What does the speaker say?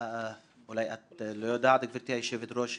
אולי את לא יודעת גבירתי היושבת ראש,